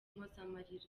impozamarira